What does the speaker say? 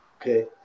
Okay